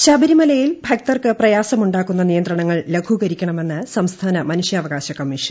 ്ട് ശബരിമലയിൽ ഭക്തൂർക്ക് പ്രയാസമുണ്ടാക്കുന്ന നിയന്ത്രണങ്ങൾ ലഘൂകരിക്കണമെന്ന് സംസ്ഥാന മനുഷ്യാവകാശിക്മീഷൻ